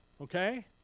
okay